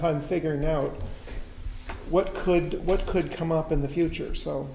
time figuring out what could what could come up in the future so